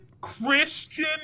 Christian